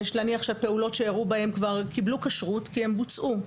ויש להניח שהפעולות שירו בהם כבר קיבלו כשרות כי הם בוצעו,